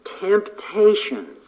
temptations